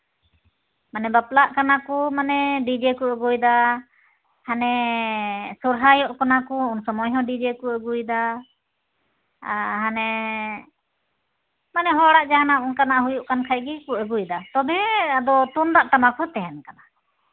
ᱢᱟᱱᱮ ᱵᱟᱯᱞᱟᱜ ᱠᱟᱱᱟ ᱠᱚ ᱢᱟᱱᱮ ᱰᱤᱡᱮ ᱠᱚ ᱟᱹᱜᱩᱭᱫᱟ ᱦᱟᱱᱮ ᱥᱚᱨᱦᱟᱭᱚᱜ ᱠᱟᱱᱟ ᱠᱚ ᱩᱱ ᱥᱚᱢᱚᱭ ᱦᱚᱸ ᱰᱤᱡᱮ ᱠᱚ ᱟᱹᱜᱩᱭᱮᱫᱟ ᱦᱟᱱᱮ ᱢᱟᱱᱮ ᱦᱚᱲᱟᱜ ᱡᱟᱦᱟᱱᱟᱜ ᱚᱱᱠᱟᱱᱟᱜ ᱦᱩᱭᱩᱜ ᱠᱟᱱ ᱠᱷᱟᱡ ᱜᱮ ᱟᱹᱜᱩᱭᱫᱟ ᱛᱚᱵᱮ ᱟᱫᱚ ᱛᱩᱢᱫᱟᱜ ᱴᱟᱢᱟᱠ ᱫᱚ ᱛᱟᱦᱮᱱ ᱠᱟᱱᱟ